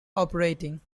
operating